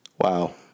Wow